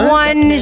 one